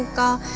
da